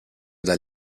dal